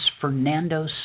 Fernando